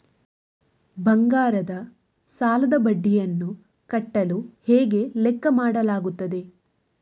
ಬಂಗಾರದ ಸಾಲದ ಬಡ್ಡಿಯನ್ನು ಕಟ್ಟಲು ಹೇಗೆ ಲೆಕ್ಕ ಮಾಡಲಾಗುತ್ತದೆ?